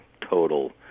total